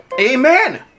Amen